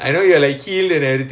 oh